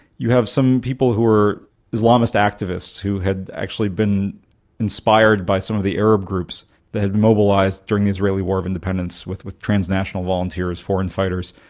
you have some people who were islamist activists who had actually been inspired by some of the arab groups that had mobilised during the israeli war of independence with with transnational volunteers, foreign fighters,